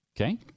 Okay